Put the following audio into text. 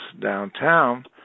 downtown